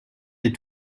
des